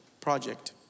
project